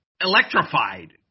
electrified